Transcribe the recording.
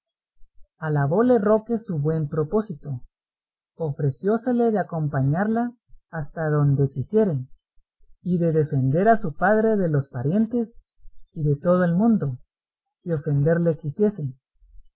alabóle roque su buen propósito ofreciósele de acompañarla hasta donde quisiese y de defender a su padre de los parientes y de todo el mundo si ofenderle quisiese